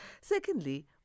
Secondly